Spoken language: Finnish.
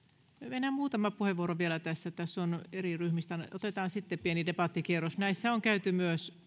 mennään muutama puheenvuoro vielä tässä tässä on eri ryhmistä otetaan sitten pieni debattikierros myös